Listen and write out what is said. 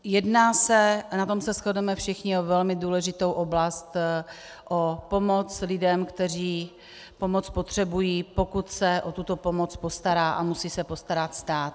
Jedná se, a na tom shodneme všichni, o velmi důležitou oblast, o pomoc lidem, kteří pomoc potřebují, pokud se o tuto pomoc postará a musí se postarat stát.